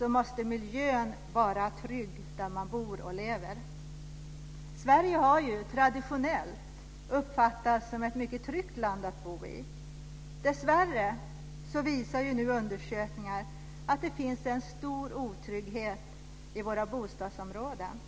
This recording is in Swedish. måste den miljö där man bor och lever vara trygg. Sverige har traditionellt uppfattats som ett mycket tryggt land att bo i. Dessvärre visar nu undersökningar att det finns en stor otrygghet i våra bostadsområden.